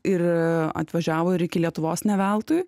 ir atvažiavo ir iki lietuvos ne veltui